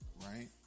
right